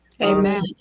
Amen